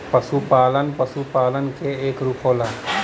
पसुपालन पसुपालन क एक रूप होला